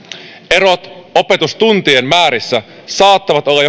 erot opetustuntien määrissä saattavat olla